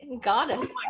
goddess